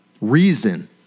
reason